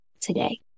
today